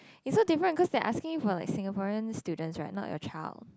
it's so different cause they're asking you for like Singaporean students right not your child